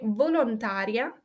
volontaria